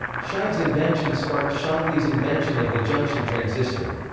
shive's invention sparked shockley's invention of the junction transistor.